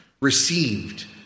received